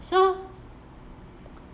so